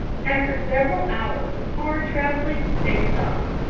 after several hours of hard traveling they stopped,